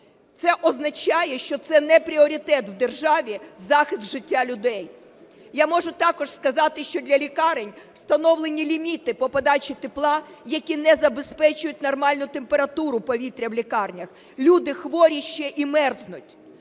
Це означає, що це не пріоритет в державі – захист життя людей. Я можу також сказати, що для лікарень встановлені ліміти по подачі тепла, які не забезпечують нормальну температуру повітря в лікарнях. Люди хворі, ще і мерзнуть.